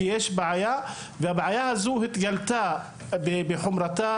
כי יש בעיה והבעיה הזו התגלתה בחומרתה